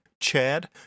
Chad